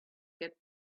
get